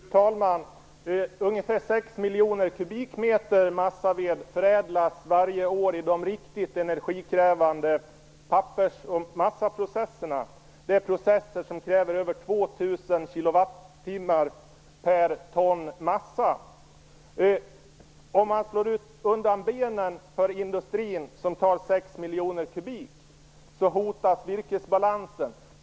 Fru talman! Ungefär 6 miljoner kubikmeter massaved förädlas varje år i de riktigt energikrävande pappers och massaprocesserna - processer som kräver mer än 2 000 kilowattimmar per ton massa. Om man slår undan benen på en industri som kräver 6 miljoner kubikmeter massaved hotas virkesbalansen.